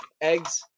eggs